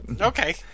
okay